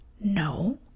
No